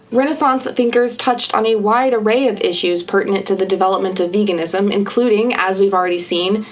renaissance thinkers touched on a wide array of issues pertinent to the development of veganism, including, as we've already seen,